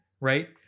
Right